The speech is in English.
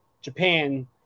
japan